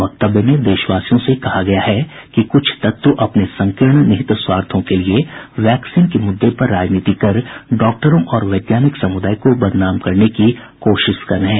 वक्तव्य में देशवासियों से कहा गया कि कुछ तत्व अपने संकीर्ण निहित स्वार्थों के लिए वैक्सीन के मुद्दे पर राजनीति कर डॉक्टरों और वैज्ञानिक समुदाय को बदनाम करने की कोशिश कर रहे हैं